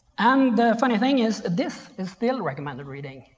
and the funny thing is this is still recommended reading.